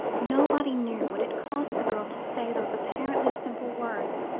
nobody knew what it cost the girl to say those apparently simple words,